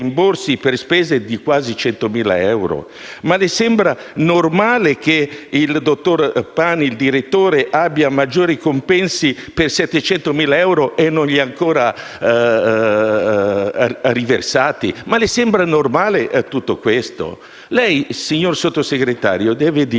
per spese di quasi 100.000 euro? Le sembra normale che il dottor Pani, il direttore, abbia maggiori compensi per 700.000 euro e non li abbia ancora riversati? Ma le sembra normale tutto questo? Lei, signor Sottosegretario, deve dire